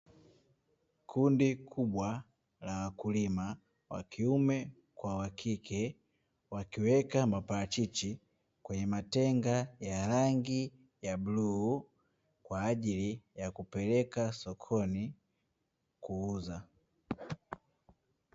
Kundi kubwa la wakulima wa kiume kwa wa kike, wakiweka maparachichi, kwenye matenga ya rangi ya bluu kwa ajili ya kupelekwa sokoni kuuza.